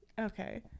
Okay